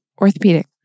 orthopedic